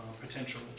potential